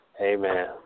Amen